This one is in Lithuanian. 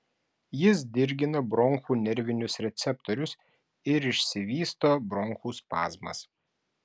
jis dirgina bronchų nervinius receptorius ir išsivysto bronchų spazmas